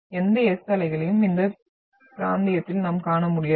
எந்த S அலைகளையும் இந்த பிராந்தியத்தில் நாம் காண முடியாது